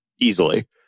easily